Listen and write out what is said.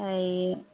হেৰি